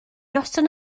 noson